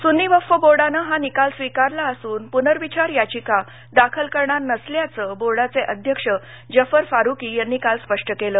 सुन्नी वक्फ बोर्डानं हा निकाल स्वीकारला असून पुनर्विचार याचिका दाखल करणार नसल्याचं बोर्डाचे अध्यक्ष जफर फारूकी यांनी काल स्पष्ट केलं